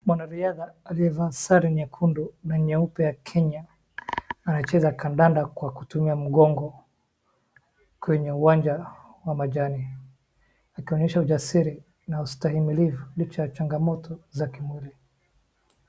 Mwanariadha aliyevaa sare nyekundu na nyeupe ya Kenya anacheza kandanda kwa kutumia mgongo kwenye uwanja wa majani akionyesha ujasiri na ustahimilivu licha ya changamoto za kimwili.